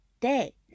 day